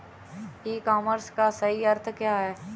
ई commerce का सही अर्थ क्या है?